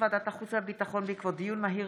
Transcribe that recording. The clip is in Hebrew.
ועדת החוץ והביטחון בעקבות דיון מהיר